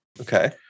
Okay